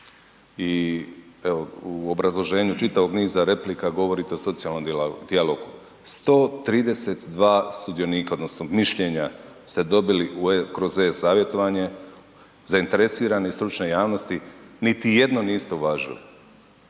u obrazloženju čitavog niza replika govorite o socijalnom dijalogu. 132 sudionika odnosno mišljenja ste dobili kroz e-savjetovanje zainteresirane i stručne javnosti niti jedno niste uvažili.